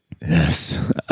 Yes